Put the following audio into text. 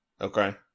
Okay